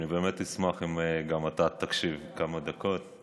אני באמת אשמח אם גם אתה תקשיב כמה דקות.